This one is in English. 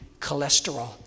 cholesterol